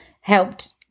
helped